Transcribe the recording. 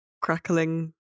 crackling